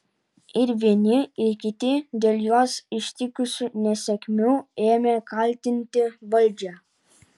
ir vieni ir kiti dėl juos ištikusių nesėkmių ėmė kaltinti valdžią